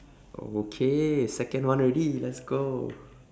okay second one already let's go